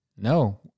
No